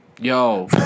Yo